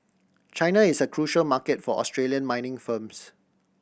China is a crucial market for Australian mining firms